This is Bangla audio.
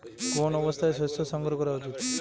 কোন অবস্থায় শস্য সংগ্রহ করা উচিৎ?